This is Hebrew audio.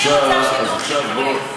אני רוצה שידור ציבורי.